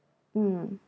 mm